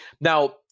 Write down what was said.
Now